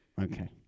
Okay